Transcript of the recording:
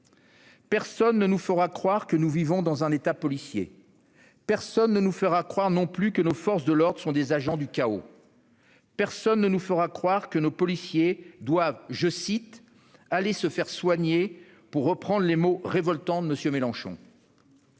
Personne ne nous fera croire que nous vivons dans un État policier. Personne ne nous fera croire non plus que nos forces de l'ordre sont des agents du chaos. Personne ne nous fera croire que nos policiers doivent « aller se faire soigner », pour reprendre les mots révoltants de M. Mélenchon.